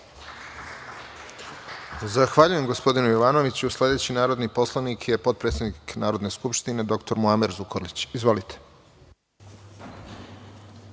Zahvaljujem gospodinu Jovanoviću. Sledeći narodni poslanik je potpredsednik Narodne skupštine, dr Muamer Zukorlić. Izvolite.